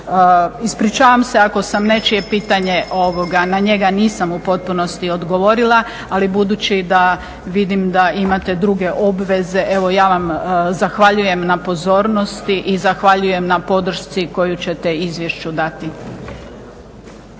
Ispričavam se ako sam nečije pitanje, na njega nisam u potpunosti odgovorila. Ali budući da vidim da imate druge obveze evo ja vam zahvaljujem na pozornosti i zahvaljujem na podršci koju ćete izvješću dati.